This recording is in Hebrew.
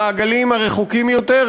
במעגלים הרחוקים יותר,